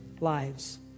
lives